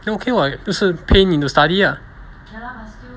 then okay [what] 不是 pay 你 to study lah